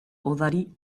odari